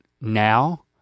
now